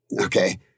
okay